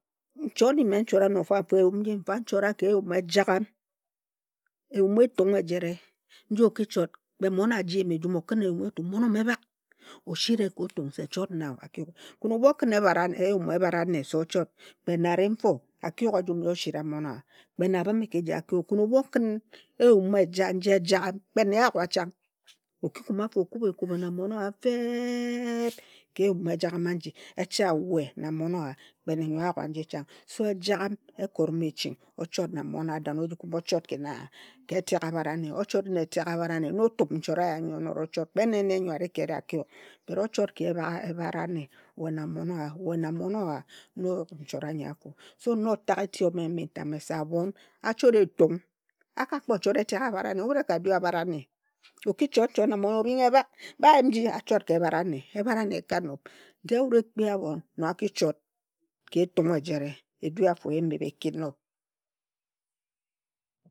Nchot nyi me nchora ano mfa mfa, nchora ano ka eyum ejagham. Eyum etung ejire nji oki chot kpe mmon aji yim ejum, okhin eyum etung mmon ome bhak, o shiri ye ka otung se chot nna o, a ki yuk. Khin ebhu okhin eyum abharane se ochot, kpe nne ari nfo, aki yuk ejum nji oshira mmon owa. Kpe nne abhime ka eji aki yuk. Khin ebhu okhin eyum eja nji ejagham, kpe nne nyo a yuga chang. O ki kume afo okubhe ekubhe na mmon owa feeeb ka eyum ejagham aji echa na we na mmon owa kpe nne nyo a yuga nji chang. So ejagham ekot me ching ochot nna mmon owa than oji kume ochot na ka etek abharane. Ochot wun etek abharane na otup nchot eya nyi onora ochot. Kpe ene nyo ari ka ere aki yug. Ochot ka ebha ebhara ne we na mmon owa, we na mmon owa na oyug nchot anyi afo. So na otag eti ejame nji n tae, me se abhon achot etung. A ka kpo chot etek abharane. Wut ekadu ago o ki chot nchot na mmon obhing ye bhag ba yen nji, ye achot ka ebharane, ebharane eka nob. De wut ekpi abhon nong aki chot ka etung ejire. Edu afo eyim ebhre eki enob.